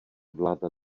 vláda